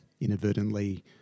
inadvertently